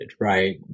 right